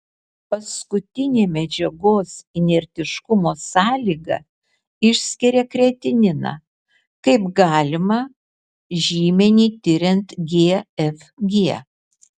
paskutinė medžiagos inertiškumo sąlyga išskiria kreatininą kaip galimą žymenį tiriant gfg